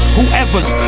Whoever's